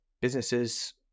businesses